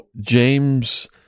James